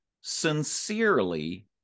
Sincerely